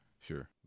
Sure